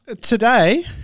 Today